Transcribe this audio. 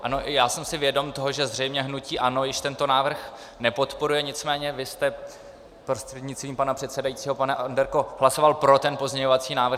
Ano, i já jsem si vědom toho, že zřejmě hnutí ANO již tento návrh nepodporuje, nicméně vy jste, prostřednictvím pana předsedajícího pane Onderko, hlasoval pro ten pozměňovací návrh.